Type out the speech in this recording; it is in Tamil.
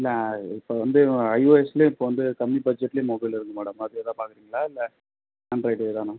இல்லை இப்போ வந்து ஐஓஎஸ்லயே இப்போ வந்து கம்மி பட்ஜட்லையே மொபைல் இருக்கு மேடம் அதில் எதா பார்க்கறீங்களா இல்லை ஆண்ட்ராய்ட் தானா